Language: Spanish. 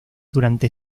durante